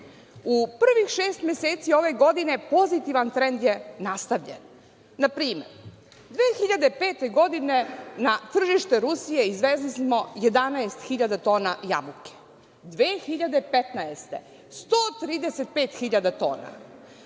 U prvih šest meseci ove godine pozitivan trend je nastavljen. Na primer, 2005. godine na tržište Rusije izvezli smo 11.000 tona jabuka, a 2015. godine 135.000 tona,